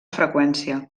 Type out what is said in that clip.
freqüència